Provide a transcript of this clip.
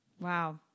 Wow